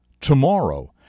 tomorrow